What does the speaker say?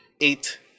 eight